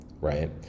right